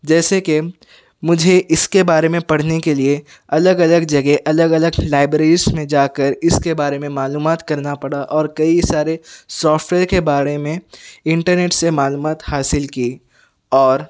جیسے کہ مجھے اس کے بارے میں پڑھنے کے لیے الگ الگ جگہ الگ الگ لائبریریز میں جا کر اس کے بارے میں معلومات کرنا پڑا اور کئی سارے سافٹویر کے بارے میں انٹرنیٹ سے معلومات حاصل کی اور